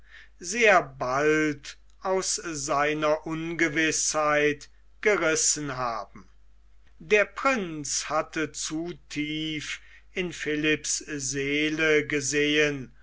sehr bald aus seiner ungewißheit gerissen haben der prinz hatte zu tief in den menschencharakter und zu tief in philipps seele gesehen